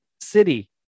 city